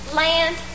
land